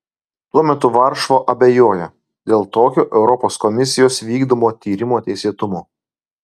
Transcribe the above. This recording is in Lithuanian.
tuo metu varšuva abejoja dėl tokio europos komisijos vykdomo tyrimo teisėtumo